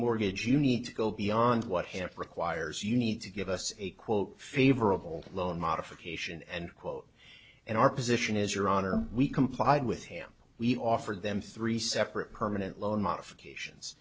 mortgage you need to go beyond what hair requires you need to give us a quote favorable loan modification and quote and our position is your honor we complied with him we offered them three separate permanent loan modifications